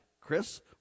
Chris